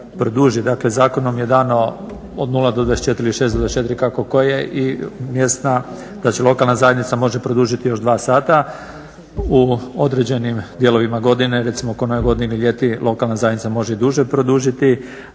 dakle zakonom je dano od 0-24 ili 6-24 kako koje i mjesna da će lokalna zajednica može produžiti još dva sata u određenim dijelovima godine recimo kod Nove godine ili ljeti lokalna zajednica može i duže produžiti